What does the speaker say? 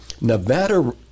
Nevada